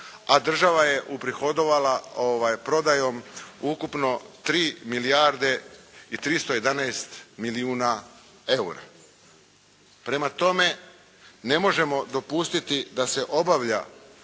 a država je uprihodovala prodajom ukupno 3 milijarde i 311 milijuna eura. Prema tome, ne možemo dopustiti da se obavlja